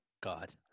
God